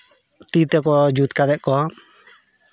ᱛᱤ ᱛᱮᱠᱚ ᱡᱩᱛ ᱠᱟᱛᱮᱫ ᱠᱚ